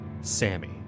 Sammy